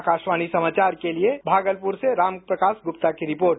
आकाशवाणी समाचार के लिए भागलपुर से रामप्रकाश गुप्ता की रिपोर्ट